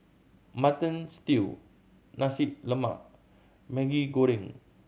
Mutton Stew Nasi Lemak Maggi Goreng